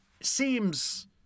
seems